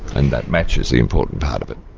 and that matches the important part of it.